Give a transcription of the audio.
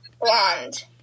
Blonde